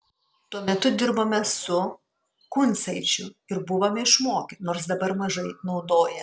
tuo metu dirbome su kuncaičiu ir buvome išmokę nors dabar mažai naudoja